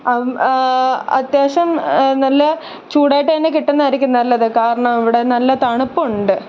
അത്യാവശം നല്ല ചൂടായിട്ടുതന്നെ കിട്ടുന്നതായിരിക്കും നല്ലത് കാരണം ഇവിടെ നല്ല തണുപ്പുണ്ട്